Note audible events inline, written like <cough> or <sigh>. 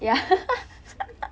<laughs>